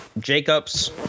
Jacobs